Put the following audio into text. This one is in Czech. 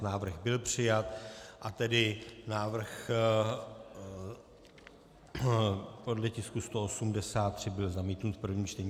Návrh byl přijat, a tedy návrh podle tisku 183 byl zamítnut v prvním čtení.